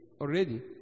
already